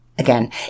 Again